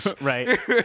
Right